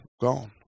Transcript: gone